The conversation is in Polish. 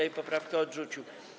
Sejm poprawkę odrzucił.